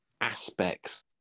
aspects